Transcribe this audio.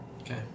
okay